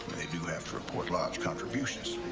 they do have to report large contributions.